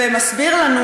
ומסביר לנו